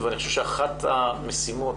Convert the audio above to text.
ואני חושב שאחת המשימות